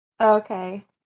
Okay